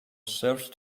served